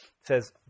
says